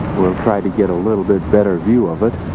we'll try to get a little bit better view of it